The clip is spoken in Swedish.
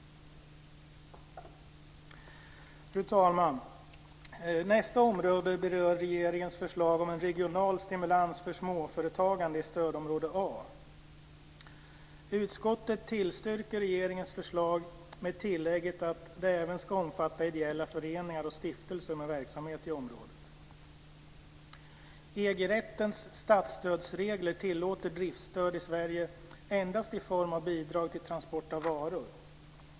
Fru talman! Nästa område berör regeringens förslag om en regional stimulans för småföretagande i stödområde A. Utskottet tillstyrker regeringens förslag med tilllägget att det även ska omfatta ideella föreningar och stiftelser med verksamhet i området. EG-rättens statsstödsregler tillåter driftstöd i Sverige endast i form av bidrag till transport av varor.